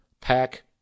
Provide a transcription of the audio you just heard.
pack